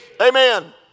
Amen